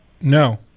No